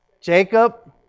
Jacob